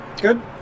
Good